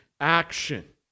action